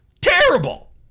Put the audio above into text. terrible